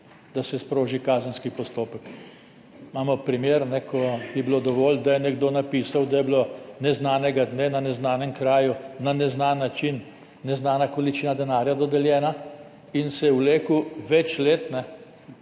da se sproži kazenski postopek. Imamo primer, ko je bilo dovolj, da je nekdo napisal, da je bila neznanega dne na neznanem kraju na neznan način neznana količina denarja dodeljena, in se je vlekel več let